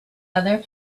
other